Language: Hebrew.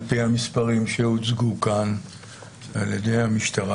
על-פי המספרים שהוצגו כאן על ידי המשטרה,